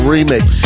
Remix